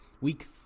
week